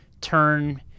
turn